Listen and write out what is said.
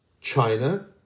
China